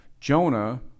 Jonah